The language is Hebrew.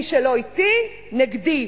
מי שלא אתי, נגדי.